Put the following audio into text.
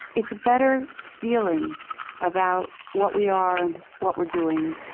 it's a better feeling about what we are and what we're doing,